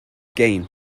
gain